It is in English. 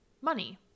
money